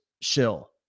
shill